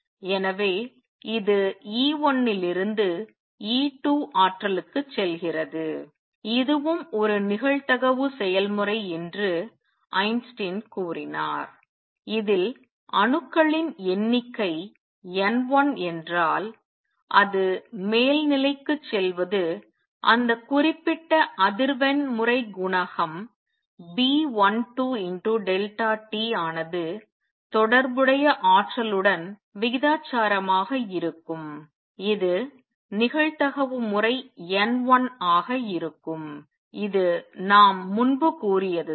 எனவே இது E1 இலிருந்து E2 ஆற்றலுக்குச் செல்கிறது இதுவும் ஒரு நிகழ்தகவு செயல்முறை என்று ஐன்ஸ்டீன் கூறினார் இதில் அணுக்களின் எண்ணிக்கை N1 என்றால் அது மேல் நிலைக்குச் செல்வது அந்த குறிப்பிட்ட அதிர்வெண் முறை குணகம் B12 t ஆனது தொடர்புடைய ஆற்றலுடன் விகிதாசாரமாக இருக்கும் இது நிகழ்தகவு முறை N1 ஆக இருக்கும் இது நாம் முன்பு கூறியதுதான்